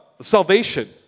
salvation